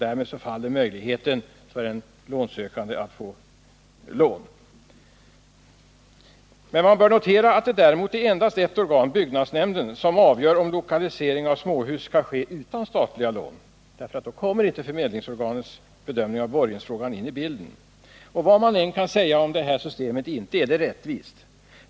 Därmed faller möjligheten för en lånesökande att få lån. Men man bör notera att det däremot är endast ett organ, byggnadsnämnden, som avgör frågan om lokalisering av småhus utan statliga lån. Här kommer inte förmedlingsorganets bedömning av borgensfrågan in i bilden. Vad man än kan säga om detta system — inte är det rättvist!